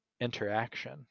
interaction